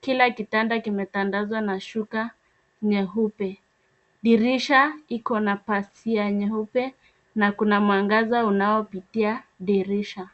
Kila kitanda kimetandazwa na shuka nyeupe. Dirisha iko na pazia nyeupe na kuna mwangaza unaopitia dirisha.